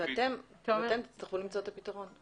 ואתם תצטרכו למצוא את הפתרון.